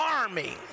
army